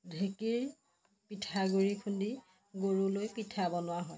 ঢেঁকীৰ পিঠাগুৰি খুন্দি গৰুলৈ পিঠা বনোৱা হয়